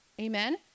Amen